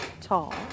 tall